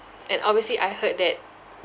and obviously I heard that